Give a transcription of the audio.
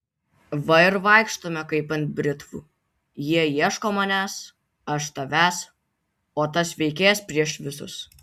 va ir vaikštome kaip ant britvų jie ieško manęs aš tavęs o tas veikėjas prieš visus